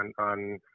on –